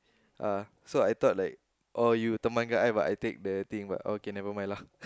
uh so I thought like oh you temankan I but I take the thing but okay never mind lah